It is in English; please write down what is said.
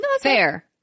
Fair